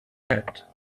cat